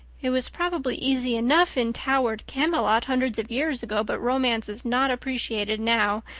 it was probably easy enough in towered camelot hundreds of years ago, but romance is not appreciated now.